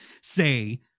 say